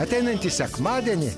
ateinantį sekmadienį